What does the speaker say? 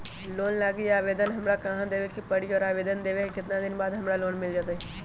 Loan लागी आवेदन हमरा कहां देवे के पड़ी और आवेदन देवे के केतना दिन बाद हमरा लोन मिल जतई?